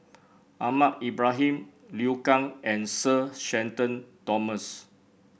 Ahmad Ibrahim Liu Kang and Sir Shenton Thomas